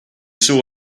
saw